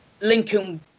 Lincoln